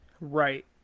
Right